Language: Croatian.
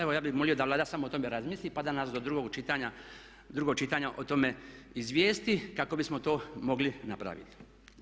Evo ja bih molio da Vlada samo o tome razmisli pa da nas do drugog čitanja, drugog čitanja o tome izvijesti kako bismo to mogli napraviti.